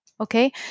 Okay